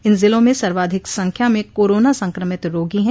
इन जिलों में सर्वाधिक संख्या में कोरोना संक्रमित रोगी हैं